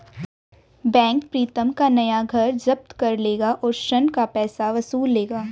bank Pritam का नया घर जब्त कर लेगा और ऋण का पैसा वसूल लेगा